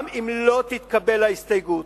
גם אם לא תתקבל ההסתייגות.